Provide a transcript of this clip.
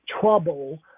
trouble